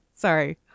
Sorry